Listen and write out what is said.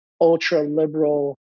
ultra-liberal